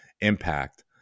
impact